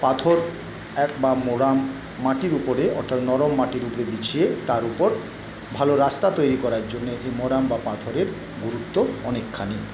পাথর এক বা মোরাম মাটির ওপরে অর্থাৎ নরম মাটির উপরে বিছিয়ে তার উপর ভালো রাস্তা তৈরি করার জন্যে এই মোরাম বা পাথরের গুরুত্ব অনেকখানি